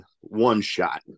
one-shot